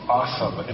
awesome